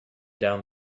down